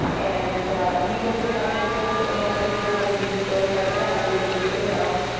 and he broke the fast with us almost every time i visited the store with my dad. we would just sit around.